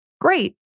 Great